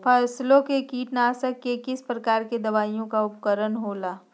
फसलों के कीटनाशक के किस प्रकार के दवाइयों का उपयोग हो ला?